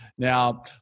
Now